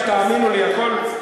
עכשיו יהיה אותו דבר.